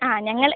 ആ ഞങ്ങൾ